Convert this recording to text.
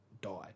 die